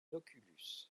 oculus